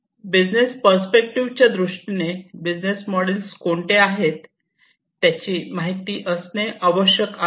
business परस्पेक्टिवच्या दृष्टीने business models कोणते आहेत त्याची माहिती असणे आवश्यक आहे